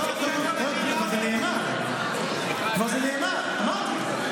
אבל זה נאמר, זה כבר נאמר, אמרתי.